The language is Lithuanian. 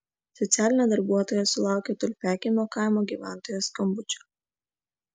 socialinė darbuotoja sulaukė tulpiakiemio kaimo gyventojos skambučio